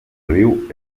riu